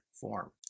form